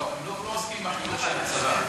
לא, אנחנו לא עוסקים בחינוך של הצבא.